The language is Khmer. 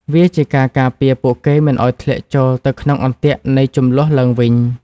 វាជាការការពារពួកគេមិនឱ្យធ្លាក់ចូលទៅក្នុងអន្ទាក់នៃជម្លោះឡើងវិញ។